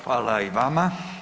Hvala i vama.